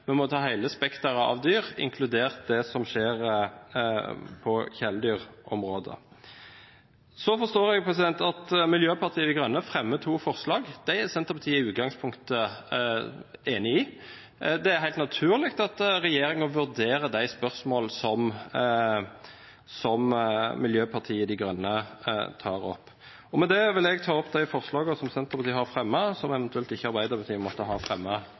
Vi må ta hele spekteret av dyr, inkludert det som skjer på kjæledyrområdet. Så forstår jeg at Miljøpartiet De Grønne fremmer to forslag. Dem er Senterpartiet i utgangspunktet enig i. Det er helt naturlig at regjeringen vurderer de spørsmål som Miljøpartiet De Grønne tar opp. Med dette vil jeg ta opp de forslagene som Senterpartiet har